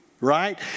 Right